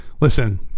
listen